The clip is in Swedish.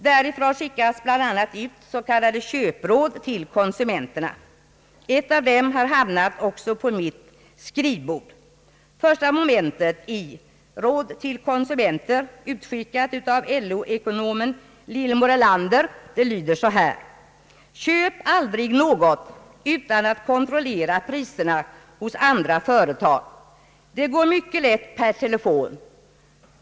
Därifrån skickas bland annat ut s.k. köpråd till konsumenterna. Ett av dem har hamnat också på mitt skrivbord. Första momentet i »Råd till konsumenter», utskickat av LO-ekonomen Lillemor Erlander, lyder så här: »Köp aldrig något utan att kontrollera priserna hos andra företag. Det går mycket lätt per telefon.